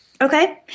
Okay